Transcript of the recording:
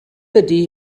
ydy